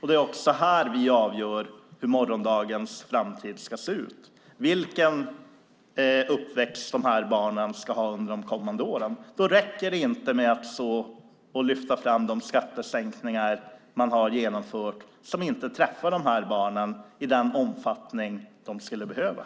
Det är här vi avgör hur morgondagen, framtiden, ska se ut, vilken uppväxt dessa barn ska ha under de kommande åren. Då räcker det inte med att lyfta fram de skattesänkningar man genomfört. De träffar inte dessa barn i den omfattning som skulle behövas.